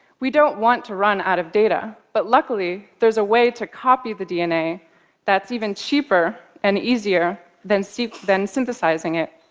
we don't want to run out of data, but luckily, there's a way to copy the dna that's even cheaper and easier than so than synthesizing it.